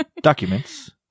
documents